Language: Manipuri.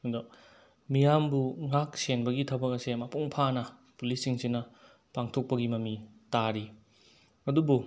ꯑꯗꯣ ꯃꯤꯌꯥꯝꯕꯨ ꯉꯥꯛ ꯁꯦꯟꯕꯒꯤ ꯊꯕꯛ ꯑꯁꯦ ꯃꯄꯨꯡ ꯐꯥꯅ ꯄꯨꯂꯤꯁꯁꯤꯡꯁꯤꯅ ꯄꯥꯡꯊꯣꯛꯄꯒꯤ ꯃꯃꯤ ꯇꯥꯔꯤ ꯑꯗꯨꯕꯨ